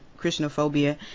christianophobia